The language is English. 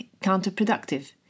counterproductive